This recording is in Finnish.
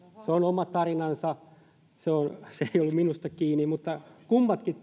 se on oma tarinansa se ei ollut minusta kiinni mutta kummatkin